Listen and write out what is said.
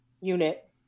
unit